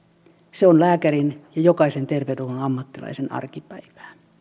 se on lääkärin ja jokaisen terveydenhuollon ammattilaisen arkipäivää